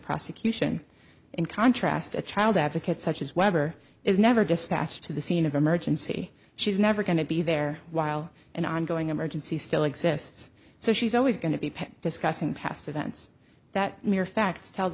prosecution in contrast a child advocate such as weber is never just catch to the scene of emergency she's never going to be there while an ongoing emergency still exists so she's always going to be discussing past events that mere fact tells